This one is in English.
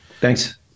Thanks